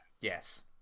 Yes